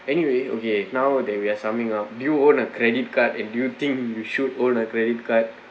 anyway okay now that we're summing up do you own a credit card and do you think you should own a credit card